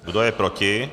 Kdo je proti?